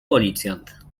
policjant